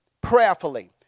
prayerfully